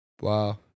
Wow